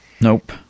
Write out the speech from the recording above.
Nope